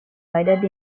divided